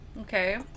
Okay